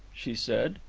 she said.